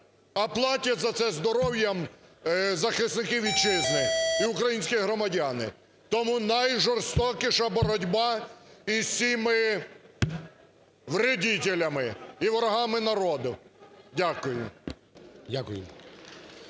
а платять за це здоров'ям захисники Вітчизни і українські громадяни. Тому найжорстокіша боротьба із цими вредителями і ворогами народу. Дякую.